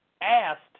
asked